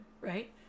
Right